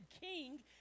king